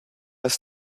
ist